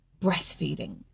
breastfeeding